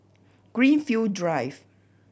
Greenfield Drive